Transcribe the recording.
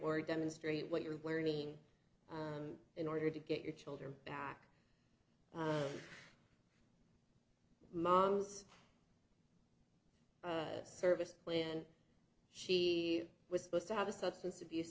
or demonstrate what you're learning in order to get your children back mom's service when she was supposed to have a substance abuse